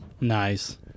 Nice